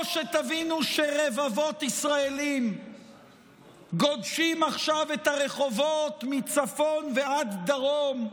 או שתבינו שרבבות ישראלים גודשים עכשיו את הרחובות מצפון ועד דרום,